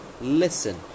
listen